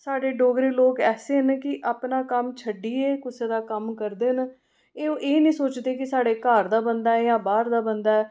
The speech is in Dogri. साढ़े डोगरे लोक ऐसे न अपना कम्म छड्ढियै कुसै दा कम्म करदे न एह् ओह् एह् नीं सोचदे कि साढ़ा घर दा बंदा ऐ जां बाह्र दा बंदा ऐ